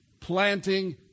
planting